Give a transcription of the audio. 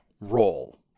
Roll